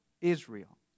Israel